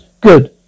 good